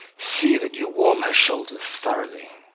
see that you warm her shoulders thoroughly!